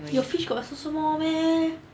your fish got so small meh